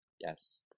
Yes